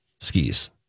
skis